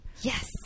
Yes